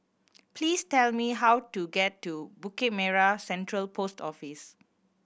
please tell me how to get to Bukit Merah Central Post Office